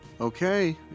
Okay